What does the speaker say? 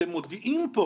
אתם מודיעים פה